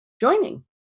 joining